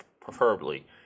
Preferably